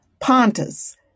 Pontus